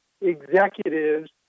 executives